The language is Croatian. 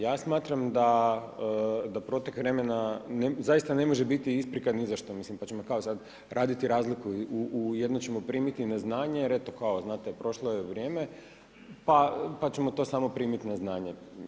Ja smatram da protok vremena, zaista ne može biti isprika ni za što, mislim, pa ćemo kao sad raditi razliku, u jedno ćemo primiti na znanje, jer eto, kao, znate prošlo je vrijeme, pa ćemo to samo primiti na znanje.